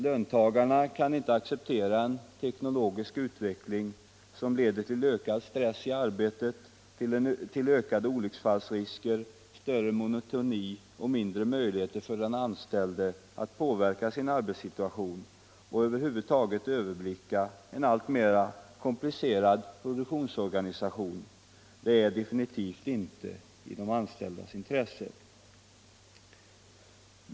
Löntagarna kan inte acceptera en Torsdagen den teknologisk utveckling som leder till ökad stress i arbetet, ökade olycks — 5 december 1974 fallsrisker, större monotoni och mindre möjligheter för den anställde att påverka sin arbetssituation och att över huvud taget överblicka en alltmer — Den statliga komplicerad produktionsorganisation. Det är definitivt inte i de anställdas — forskningsverksamintresse.